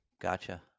Gotcha